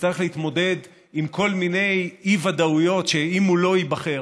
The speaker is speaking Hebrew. יצטרך להתמודד עם כל מיני אי-ודאויות: אם לא ייבחר,